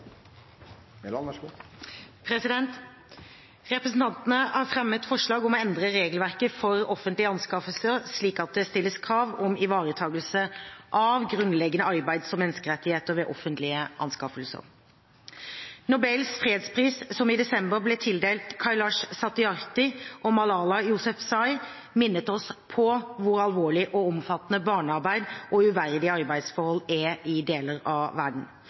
Representantene har fremmet forslag om å endre regelverket for offentlige anskaffelser slik at det stilles krav om ivaretakelse av grunnleggende arbeids- og menneskerettigheter ved offentlige anskaffelser. Nobels fredspris, som i desember ble tildelt Kailash Satyarthi og Malala Yousafzai, minnet oss på hvor alvorlig og omfattende barnearbeid og uverdige arbeidsforhold er i deler av verden.